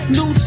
New